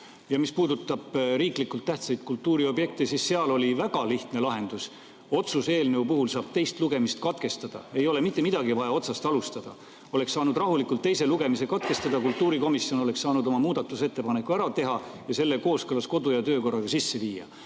Ja mis puudutab riiklikult tähtsaid kultuuriobjekte, siis seal oli väga lihtne lahendus. Otsuse eelnõu puhul saab teist lugemist katkestada, ei ole mitte midagi vaja otsast alustada. Oleks saanud rahulikult teise lugemise katkestada, kultuurikomisjon oleks saanud oma muudatusettepaneku ära teha ja selle kooskõlas kodu- ja töökorraga sisse viia.